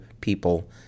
people